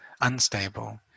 unstable